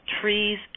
trees